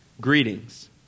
Greetings